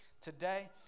today